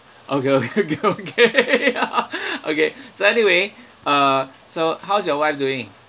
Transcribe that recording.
okay okay okay okay okay so anyway uh so how's your wife doing